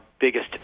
biggest